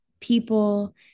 people